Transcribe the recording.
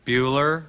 Bueller